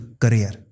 career